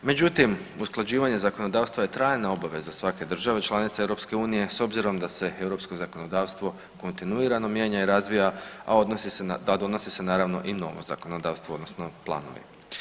Međutim, usklađivanje zakonodavstva je trajna obaveza svake države članice EU s obzirom da se europsko zakonodavstvo kontinuirano mijenja i razvija, a donosi se naravno i novo zakonodavstvo odnosno planovi.